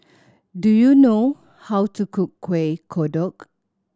do you know how to cook Kuih Kodok